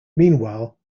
meanwhile